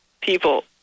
people